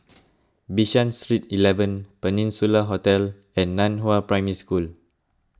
Bishan Street eleven Peninsula Hotel and Nan Hua Primary School